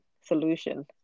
solution